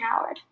Howard